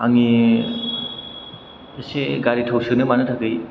आंनि इसे गारि थाव सोनो मानो थाखै